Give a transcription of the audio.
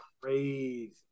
crazy